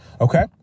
okay